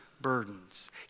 burdens